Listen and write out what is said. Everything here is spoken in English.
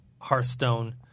Hearthstone